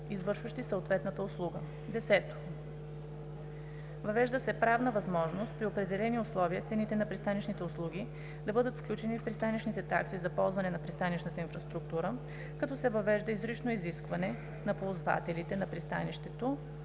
извършващи съответната услуга; 10. въвежда се правна възможност при определени условия цените на пристанищните услуги да бъдат включени в пристанищните такси за ползване на пристанищната инфраструктура, като се въвежда изрично изискване на ползвателите на пристанището